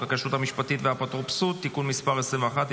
הכשרות המשפטית והאפוטרופסות (תיקון מס' 21),